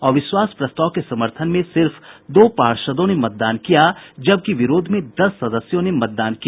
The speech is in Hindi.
अविश्वास प्रस्ताव के समर्थन में सिर्फ दो पार्षदों ने मतदान किया जबकि विरोध में दस सदस्यों ने मतदान किया